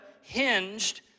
hinged